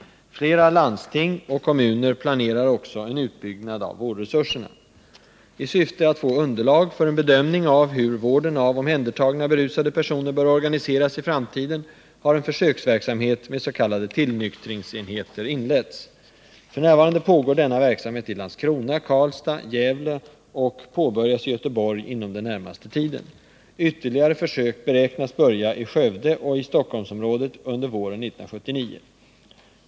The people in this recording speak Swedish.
Flera landsting och kommuner planerar också en utbyggnad av vårdresurserna. I syfte att få underlag för en bedömning av hur vården av omhändertagna berusade personer bör organiseras i framtiden har en försöksverksamhet med s.k. tillnyktringsenheter inletts. F. n. pågår denna verksamhet i Landskrona, Karlstad och Gävle och påbörjas i Göteborg inom den närmaste tiden. Ytterligare försök beräknas börja i Skövde och i Stockholmsområdet under våren 1979.